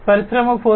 పరిశ్రమ 4